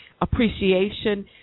appreciation